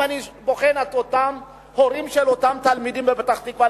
אם אני בוחן את אותם הורים של אותם תלמידים בפתח-תקווה,